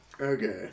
Okay